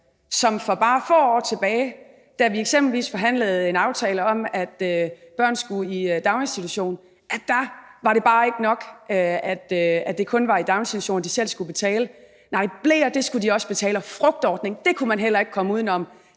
for bare få år siden, hvor vi eksempelvis forhandlede en aftale om, at børn skulle i daginstitution, for da var det bare ikke nok, at det kun var i daginstitutionen, de selv skulle betale, for bleer skulle de også betale, og frugtordning kunne man heller ikke komme udenom,